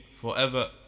forever